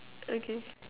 okay